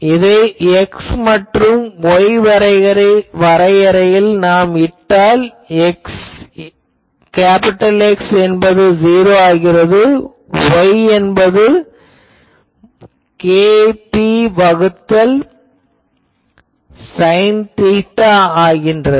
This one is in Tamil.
இதை X மற்றும் Y வரையறையில் நாம் இட்டால் X என்பது '0' ஆகிறது Y என்பது மட்டும் k b வகுத்தல் சைன் தீட்டா ஆகிறது